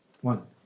One